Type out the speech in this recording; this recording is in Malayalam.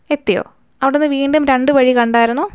എത്തിയോ അവിടെ നിന്ന് വീണ്ടും രണ്ട് വഴി കണ്ടായിരുന്നോ